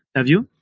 have you?